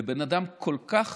לבן אדם כל כך